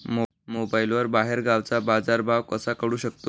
मोबाईलवर बाहेरगावचा बाजारभाव कसा कळू शकतो?